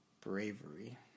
bravery